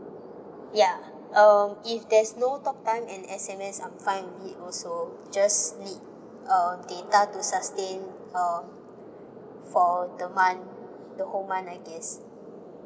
ya uh if there's no talk time and S_M_S I'm fine with it also just need uh data to sustain uh for the month the whole month I guess